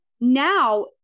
Now